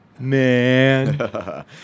man